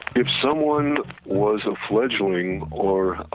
if someone was a fledgling or